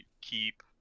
keep